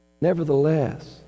Nevertheless